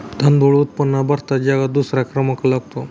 तांदूळ उत्पादनात भारताचा जगात दुसरा क्रमांक लागतो